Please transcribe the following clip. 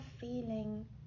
feeling